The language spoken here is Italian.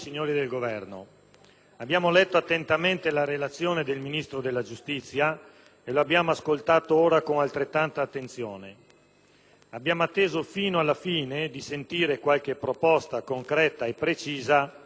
abbiamo letto attentamente la relazione del Ministro della giustizia e lo abbiamo ascoltato ora con altrettanta attenzione. Abbiamo atteso fino alla fine di sentire qualche proposta concreta e precisa: ma invano.